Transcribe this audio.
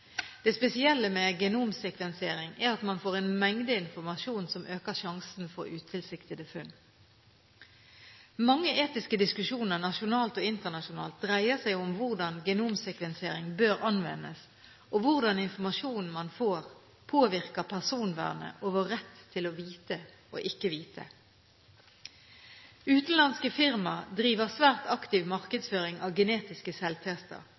Det spesielle med genomsekvensering er at man får en mengde informasjon som øker sjansen for utilsiktede funn. Mange etiske diskusjoner nasjonalt og internasjonalt dreier seg om hvordan genomsekvensering bør anvendes, og hvordan informasjonen man får, påvirker personvernet og vår rett til å vite og ikke vite. Utenlandske firmaer driver en svært aktiv markedsføring av genetiske selvtester.